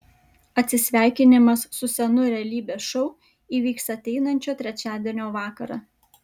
atsisveikinimas su senu realybės šou įvyks ateinančio trečiadienio vakarą